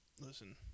Listen